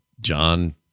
John